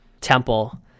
temple